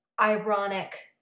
ironic